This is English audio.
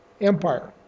empire